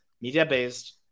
media-based